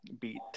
beat